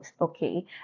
Okay